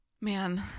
Man